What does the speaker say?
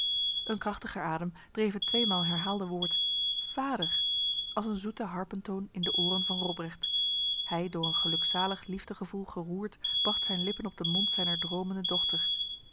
een krachtiger adem dreef het tweemaal herhaalde woord vader als een zoete harpentoon in de oren van robrecht hij door een gelukzalig liefdegevoel geroerd bracht zijn lippen op de mond zijner dromende dochter